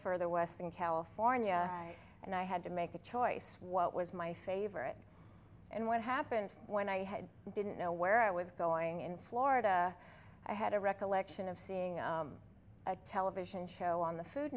further west in california and i had to make a choice what was my favorite and what happened when i didn't know where i was going in florida i had a recollection of seeing a television show on the food